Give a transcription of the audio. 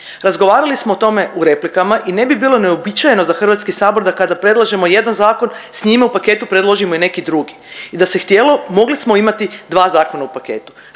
Razgovarali smo o tome u replikama i ne bi bilo neuobičajeno za HS da kada predlažemo jedan zakon s njime u paketu predložimo i neki drugi i da se htjelo mogli smo imati dva zakona u paketu.